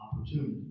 opportunity